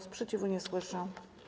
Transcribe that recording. Sprzeciwu nie słyszę.